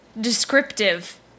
descriptive